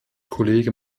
kollege